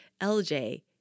LJ